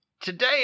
today